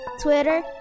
Twitter